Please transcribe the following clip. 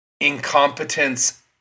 incompetence